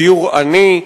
דיור עני.